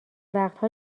وقتها